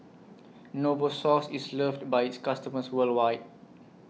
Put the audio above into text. Novosource IS loved By its customers worldwide